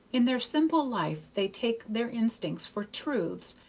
in their simple life they take their instincts for truths,